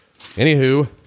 anywho